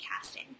casting